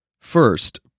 First